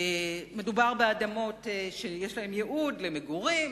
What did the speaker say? מדובר באדמות שיש להן ייעוד למגורים,